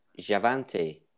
Javante